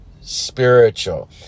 spiritual